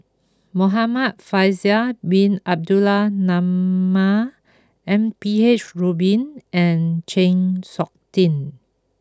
Muhamad Faisal bin Abdul Manap M P H Rubin and Chng Seok Tin